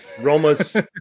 Roma's